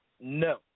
No